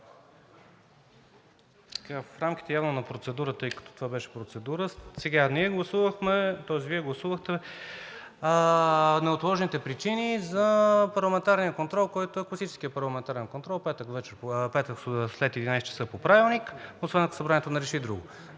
В рамките на процедурата, защото това беше процедура. Ние гласувахме, тоест Вие гласувахте неотложните причини за парламентарния контрол, който е класическият парламентарен контрол в петък, след 11,00 ч. по Правилник, освен ако Събранието не реши друго.